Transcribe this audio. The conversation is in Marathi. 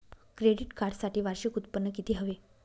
क्रेडिट कार्डसाठी वार्षिक उत्त्पन्न किती हवे?